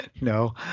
No